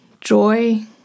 joy